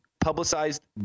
publicized